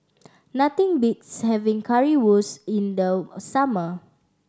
nothing beats having Currywurst in the summer